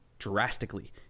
drastically